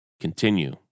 continue